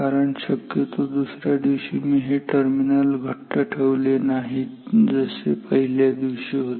कारण शक्यतो दुसऱ्या दिवशी मी हे टर्मिनल घट्ट ठेवले नाहीत जसे पहिल्या दिवशी होते